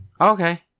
Okay